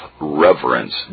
reverence